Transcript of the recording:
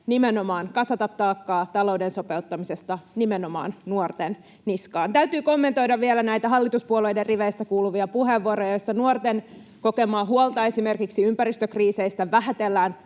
haluatte kasata taakkaa talouden sopeuttamisesta nimenomaan nuorten niskaan. Täytyy kommentoida vielä näitä hallituspuolueiden riveistä kuuluvia puheenvuoroja, joissa nuorten kokemaa huolta esimerkiksi ympäristökriiseistä vähätellään